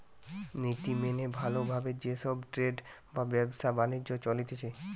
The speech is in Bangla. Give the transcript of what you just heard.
নীতি মেনে ভালো ভাবে যে সব ট্রেড বা ব্যবসা বাণিজ্য চলতিছে